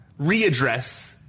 ...readdress